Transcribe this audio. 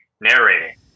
narrating